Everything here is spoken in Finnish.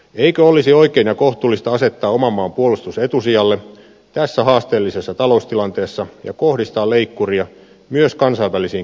eikö olisi oikein ja kohtuullista asettaa oman maan puolustus etusijalle tässä haasteellisessa taloustilanteessa ja kohdistaa leikkuria myös kansainvälisiin kriisinhallintasotiin